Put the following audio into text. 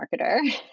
marketer